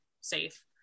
safe